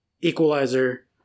equalizer